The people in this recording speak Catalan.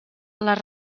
les